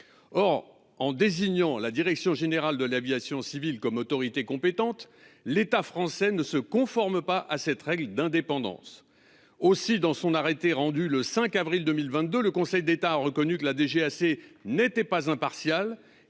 Or en désignant la direction générale de l'aviation civile comme autorités compétentes l'État français ne se conforme pas à cette règle d'indépendance. Aussi, dans son arrêté, rendu le 5 avril 2022, le Conseil d'État a reconnu que la DGAC n'était pas impartial